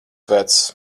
vecs